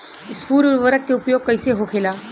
स्फुर उर्वरक के उपयोग कईसे होखेला?